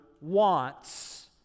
wants